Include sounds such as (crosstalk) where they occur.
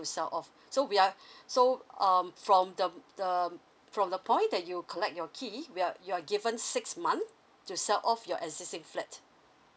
sell off so we are (breath) so um from the um the um from the point that you collect your key we are you are given six month to sell off your existing flat